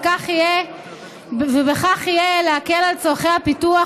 ויהיה בכך להקל את הפיתוח,